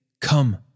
Come